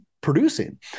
producing